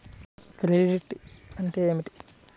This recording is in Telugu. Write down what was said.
క్రెడిట్ అంటే ఏమిటి?